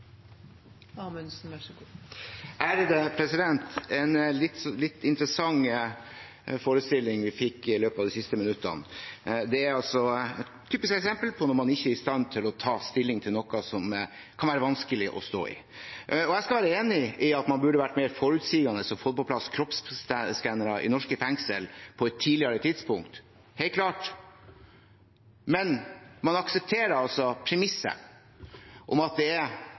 en litt interessant forestilling vi fikk i løpet av de siste minuttene. Det er et typisk eksempel på når man ikke er i stand til å ta stilling til noe som kan være vanskelig å stå i. Jeg skal være enig i at man burde vært mer forutsigende og fått på plass kroppsskannere i norske fengsel på et tidligere tidspunkt – det er helt klart. Men man aksepterer altså premisset om at det er